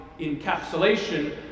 encapsulation